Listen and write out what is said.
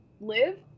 live